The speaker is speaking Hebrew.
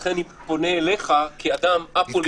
לכן, אני פונה אליך כאדם א-פוליטי.